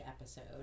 episode